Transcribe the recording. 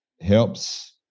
helps